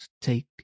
take